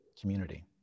community